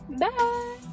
Bye